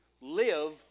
live